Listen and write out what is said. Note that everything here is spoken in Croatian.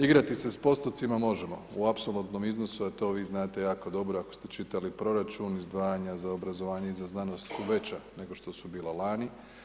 Igrati se s postotcima možemo, u apsolutnom iznosu, a to vi znate jako dobro, ako ste čitali proračun, izdvajanje za obrazovanje i znanost su veća, nego što su bila lani.